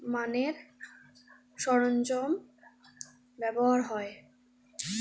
মানের সরঞ্জাম ব্যবহার হয়